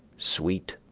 sweet,